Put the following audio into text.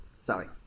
sorry